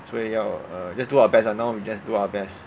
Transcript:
所以要 uh just do our best ah now we just do our best